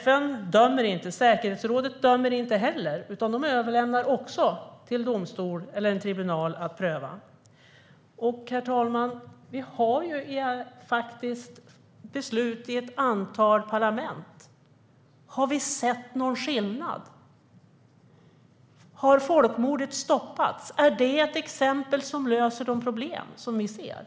FN dömer inte, och säkerhetsrådet dömer inte heller. De överlämnar till domstol eller en tribunal att pröva detta. Herr talman! Vi har faktiskt beslut i ett antal parlament, men har vi sett någon skillnad? Har folkmordet stoppats? Är det ett exempel som löser de problem vi ser?